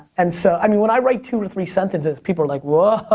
and so i mean when i write two to three sentences, people like, whoa.